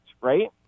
right